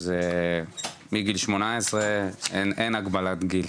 שזה מגיל שמונה עשרה, אין הגבלת גיל.